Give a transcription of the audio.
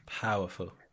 Powerful